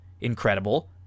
incredible